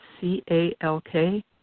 C-A-L-K